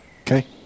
Okay